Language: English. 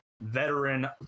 Veteran